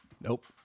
Nope